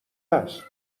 است